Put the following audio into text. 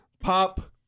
pop